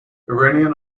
iranian